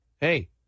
hey